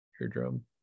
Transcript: eardrum